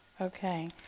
okay